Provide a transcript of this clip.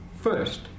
first